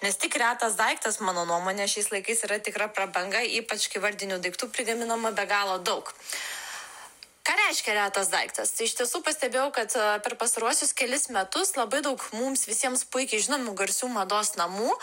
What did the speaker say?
nes tik retas daiktas mano nuomone šiais laikais yra tikra prabanga ypač kai vardinių daiktų prigaminama be galo daug ką reiškia retas daiktas iš tiesų pastebėjau kad per pastaruosius kelis metus labai daug mums visiems puikiai žinomų garsių mados namų